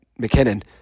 McKinnon